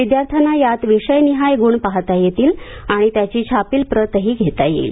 विद्यार्थ्यांना यात विषयनिहाय गूण पाहता येतील आणि त्याची छापील प्रतही घेता येईल